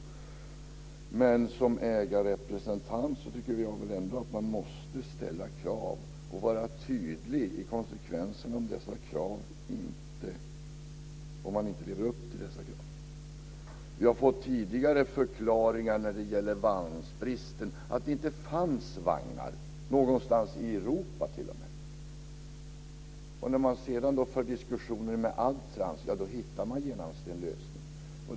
Men jag tycker ändå att man som ägarrepresentant måste ställa krav och vara tydlig om SJ inte lever upp till dessa krav. När det gäller vagnbristen har vi tidigare fått förklaringen att det inte fanns vagnar någonstans i Europa t.o.m. När man sedan förde diskussioner med Adtranz, ja då hittade man genast en lösning.